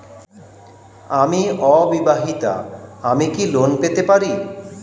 আমি অবিবাহিতা আমি কি লোন পেতে পারি?